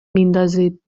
میندازید